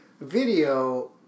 video